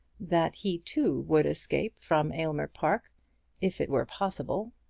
that he too would escape from aylmer park if it were possible.